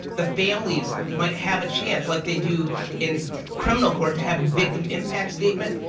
the families might have a chance, like they do in criminal court, to have a victim impact statement,